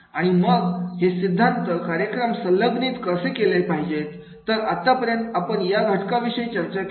आणि मग हे सिद्धांत कार्यक्रम संलग्नित कसे केले पाहिजे तर आत्तापर्यंत आपण या घटका विषयी चर्चा केली